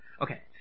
Okay